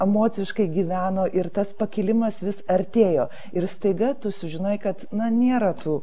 emociškai gyveno ir tas pakilimas vis artėjo ir staiga tu sužinai kad na nėra tų